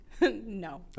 No